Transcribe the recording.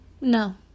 No